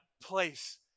place